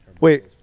Wait